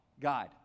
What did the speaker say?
guide